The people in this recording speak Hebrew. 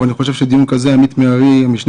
אני חושב שבדיון כזה עמית מררי המשנה